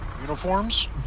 uniforms